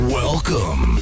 welcome